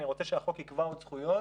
אני רוצה שהחוק יקבע עוד זכויות.